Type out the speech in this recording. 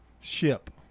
Ship